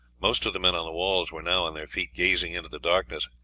most of the men on the walls were now on their feet gazing into the darkness.